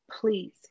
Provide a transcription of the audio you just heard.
please